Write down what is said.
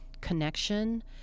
connection